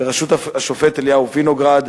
בראשות השופט אליהו וינוגרד.